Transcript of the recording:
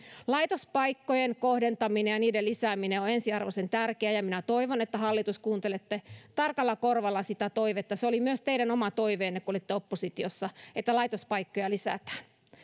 laitospaikkojen kohdentaminen ja niiden lisääminen on ensiarvoisen tärkeää ja minä toivon että hallitus kuuntelette tarkalla korvalla sitä toivetta se oli myös teidän oma toiveenne kun olitte oppositiossa että laitospaikkoja lisätään